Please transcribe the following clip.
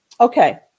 Okay